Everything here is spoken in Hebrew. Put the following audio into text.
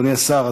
אדוני השר,